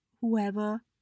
whoever